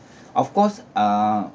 of course uh